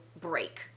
break